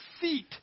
seat